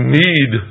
need